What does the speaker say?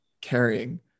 carrying